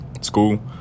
school